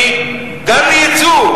גם ליצוא.